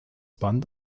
band